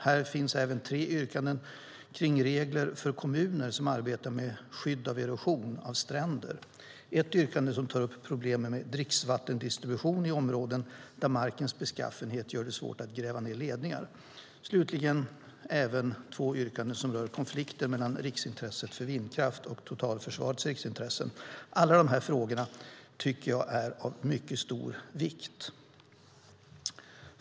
Här finns även tre yrkanden kring regler för kommuner som arbetar med skydd mot erosion av stränder och ett yrkande som tar upp problem med dricksvattendistribution i områden där markens beskaffenhet gör det svårt att gräva ned ledningar. Slutligen finns det två yrkanden som rör konflikter mellan riksintresset för vindkraft och totalförsvarets riksintressen. Alla dessa frågor tycker jag är av mycket stor vikt.